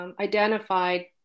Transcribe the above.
Identified